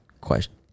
question